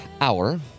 hour